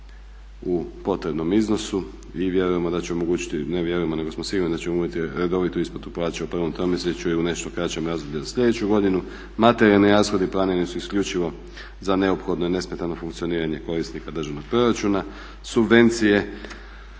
u potrebnom iznosu i vjerujemo da će omogućiti, ne vjerujemo nego smo sigurni da ćemo imati redovitu isplatu plaća u prvom tromjesečju i u nešto kraćem razdoblju za sljedeću godinu. Materijalni rashodi planirani su isključivo za neophodno i nesmetano funkcioniranje korisnika državnog proračuna. Subvencije,